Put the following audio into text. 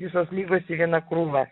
visos ligos į vieną krūvą